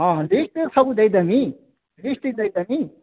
ହଁ ଦେଇତେ ସବୁ ଦେଇଁଦେବିଁ ଲିଷ୍ଟ୍ ଦେଇଦେବିଁ